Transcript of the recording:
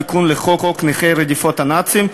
תיקון לחוק נכי רדיפות הנאצים,